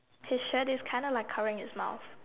his shirt is kind of like covering his mouth